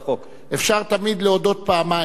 כי נאמר: כל המוסיף, מוסיפים לו.